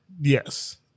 Yes